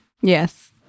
yes